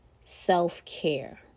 self-care